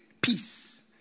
peace